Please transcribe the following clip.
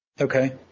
Okay